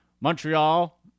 Montreal